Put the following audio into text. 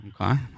okay